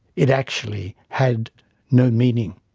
it actually had no meaning.